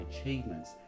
achievements